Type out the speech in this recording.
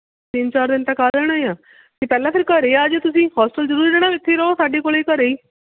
ਤਿੰਨ ਚਾਰ ਦਿਨ ਤੱਕ ਆ ਜਾਣਾ ਹੈ ਅਤੇ ਪਹਿਲਾਂ ਫਿਰ ਘਰ ਆ ਜਿਓ ਤੁਸੀਂ ਹੋਸਟਲ ਜ਼ਰੂਰੀ ਰਹਿਣਾ ਵਾ ਇੱਥੇ ਹੀ ਰਿਹੋ ਸਾਡੇ ਕੋਲ ਘਰ ਹੀ